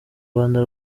rwanda